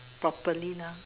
properly lah